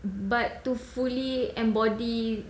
but to fully embody